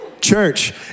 Church